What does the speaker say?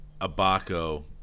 Abaco